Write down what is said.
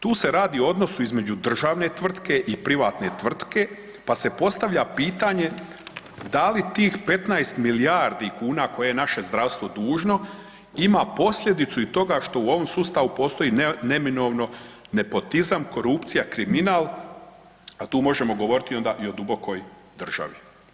Tu se radi o odnosu između državne tvrtke i privatne tvrtke pa se postavlja pitanje da li tih 15 milijardi kuna koje je naše zdravstvo dužno ima posljedicu toga što u ovom sustavu postoji neminovno nepotizam, korupcija, kriminal, a tu možemo govoriti onda i o dubokoj državi.